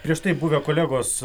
prieš tai buvę kolegos